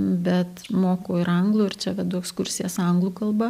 bet moku ir anglų ir čia vedu ekskursijas anglų kalba